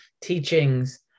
teachings